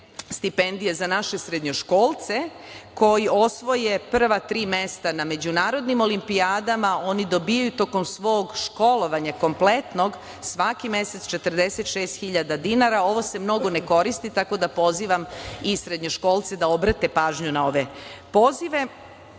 stipendije za naše srednjoškolce koji osvoje prva tri mesta na međunarodnim olimpijadama. Oni dobijaju tokom svog školovanja kompletnog svaki mesec 46.000 dinara ovo se mnogo ne koristi tako da pozivam i srednjoškolce da obrate pažnju na ove pozive